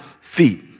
feet